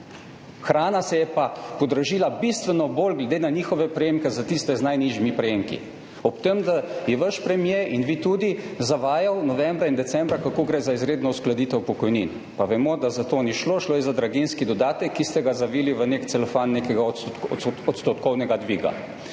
Hrana se je pa podražila bistveno bolj glede na njihove prejemke, za tiste z najnižjimi prejemki. Ob tem, da je vaš premier, in vi tudi, novembra in decembra zavajal, kako gre za izredno uskladitev pokojnin, pa vemo, da ni šlo za to, šlo je za draginjski dodatek, ki ste ga zavili v nek celofan nekega odstotkovnega dviga.